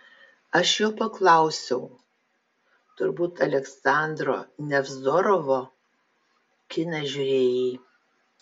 aš jo paklausiau turbūt aleksandro nevzorovo kiną žiūrėjai